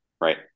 Right